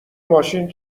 ماشین